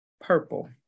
purple